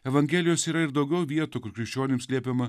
evangelijos yra ir daugiau vietų kur krikščionims liepiama